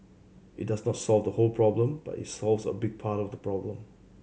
it does not solve the whole problem but it solves a big part of the problem